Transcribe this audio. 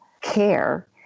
care